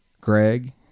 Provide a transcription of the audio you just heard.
Greg